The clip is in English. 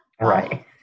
Right